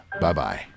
Bye-bye